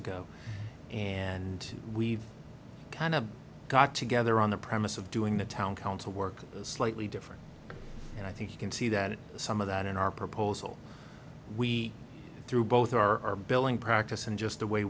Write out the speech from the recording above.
ago and we've kind of got together on the premise of doing the town council work slightly different and i think you can see that some of that in our proposal we through both our billing practice and just the way